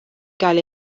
gael